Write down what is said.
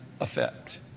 effect